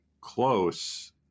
close